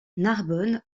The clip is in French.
narbonne